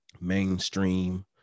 mainstream